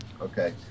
okay